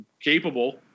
capable